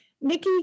Nikki